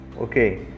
Okay